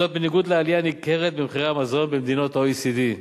וזאת בניגוד לעלייה ניכרת במחירי המזון במדינות ה-OECD,